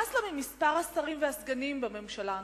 שנמאס לו ממספר השרים והסגנים בממשלה הנוכחית,